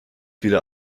wieder